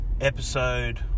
episode